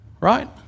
right